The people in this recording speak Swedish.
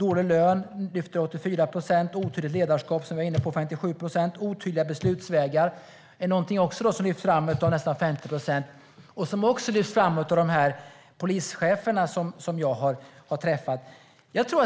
84 procent lyfter fram den dåliga lönen. 57 procent tar upp det otydliga ledarskapet. Otydliga beslutsvägar lyfts fram av nästan 50 procent. Det är också en fråga som lyfts fram av de polischefer jag har träffat.